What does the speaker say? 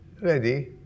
ready